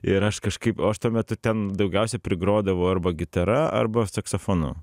ir aš kažkaip o aš tuo metu ten daugiausiai prigrodavau arba gitara arba saksofonu